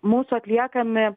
mūsų atliekami